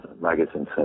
magazines